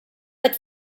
but